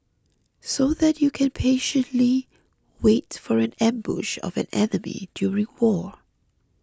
so that you can patiently wait for an ambush of an enemy during war